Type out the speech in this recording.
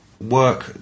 work